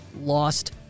lost